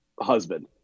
husband